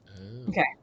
Okay